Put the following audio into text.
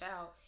out